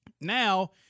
now